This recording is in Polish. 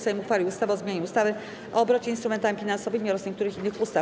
Sejm uchwalił ustawę o zmianie ustawy o obrocie instrumentami finansowymi oraz niektórych innych ustaw.